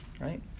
right